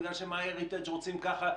בגלל ש-MyHeritage רוצים ככה,